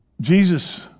Jesus